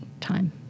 time